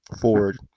forward